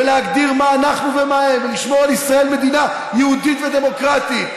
להגדיר מה אנחנו ומה הם ולשמור על ישראל מדינה יהודית ודמוקרטית.